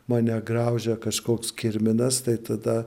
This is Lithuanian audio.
mane graužia kažkoks kirminas tai tada